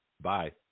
Bye